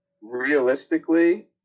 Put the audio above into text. realistically